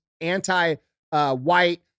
anti-white